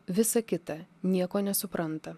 visa kita nieko nesupranta